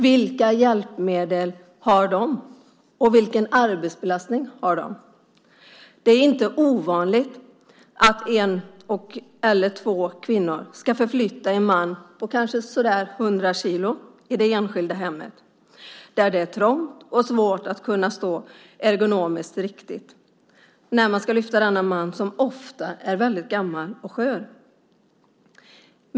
Vilka hjälpmedel har de, och vilken arbetsbelastning har de? Det är inte ovanligt att en eller två kvinnor ska förflytta en man på kanske 100 kilo i det enskilda hemmet där det är trångt och svårt att stå ergonomiskt riktigt när man ska lyfta denna man, som ofta är väldigt gammal och skör.